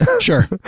Sure